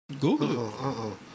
Google